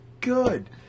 good